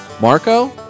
Marco